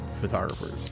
photographers